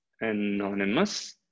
anonymous